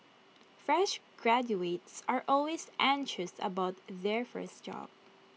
fresh graduates are always anxious about their first job